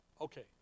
Okay